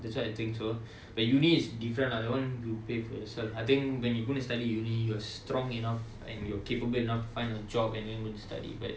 that's why I think so but university is different lah that [one] you pay for yourself I think when you gonna study in university you are strong enough and you are capable enough to find a job and then go and study but